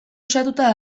osatuta